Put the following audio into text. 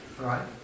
Right